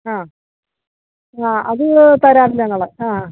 ആ ആ അത് തരാം ഞങ്ങൾ ആ